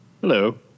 Hello